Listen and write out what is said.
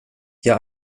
jag